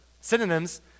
synonyms